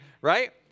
right